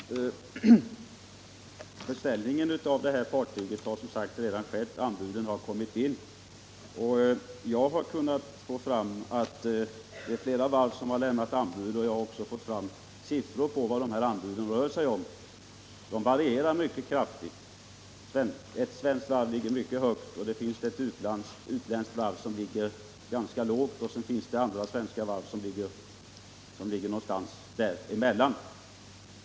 Herr talman! Beställningen av detta fartyg har som sagt redan gjorts, och anbuden har kommit in. Jag har kunnat få fram att det är flera varv som lämnat anbud, liksom uppgifter om vad dessa anbud uppgår till. De varierar mycket kraftigt. Ett svenskt varv ligger mycket högt, medan ett utländskt varv ligger ganska lågt. Andra svenska varv ligger någonstans däremellan.